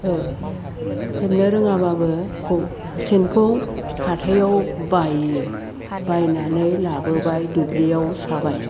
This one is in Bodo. हेबनो रोङाबाबो सेनखौ हाथायाव बायो बायनानै लाबोबाय दुब्लियाव साबाय